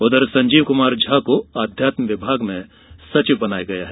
उधर संजीव कुमार झा को आध्यात्म विभाग में सचिव बनाया गया है